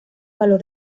valor